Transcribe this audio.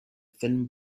thin